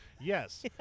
yes